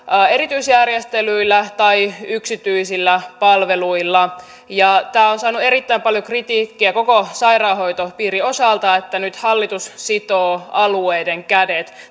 erityisjärjestelyillä tai yksityisillä palveluilla tämä on saanut erittäin paljon kritiikkiä koko sairaanhoitopiirin osalta että nyt hallitus sitoo alueiden kädet